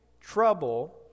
trouble